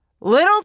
Little